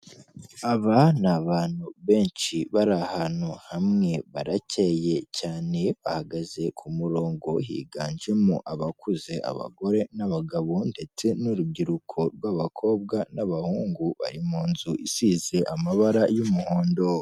Aba ni abantu benshi bari ahantu hamwe, baracyeye cyane, bahagaze ku murongo higanjemo abakuze abagore n'abagabo ndetse n'urubyiruko rw'abakobwa n'abahungu, bari mu nzu isize amabara y'umuhondo.